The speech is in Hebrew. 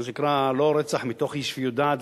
מה שנקרא, לא רצח מתוך אי-שפיות דעת.